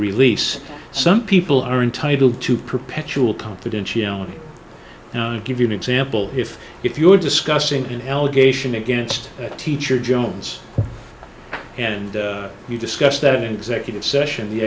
release some people are entitled to perpetual confidentiality and give you an example if if you're discussing an allegation against a teacher jones and you discussed that executive session the